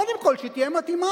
קודם כול שהיא תהיה מתאימה,